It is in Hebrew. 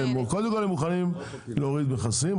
קודם כל הם מוכנים להוריד מכסים,